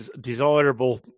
Desirable